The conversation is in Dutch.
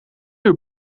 uur